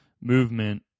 movement